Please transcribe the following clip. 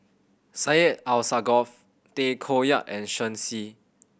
Syed Alsagoff Tay Koh Yat and Shen Xi